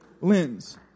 lens